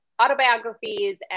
Autobiographies